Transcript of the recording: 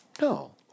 No